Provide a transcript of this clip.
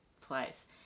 place